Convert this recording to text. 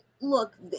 look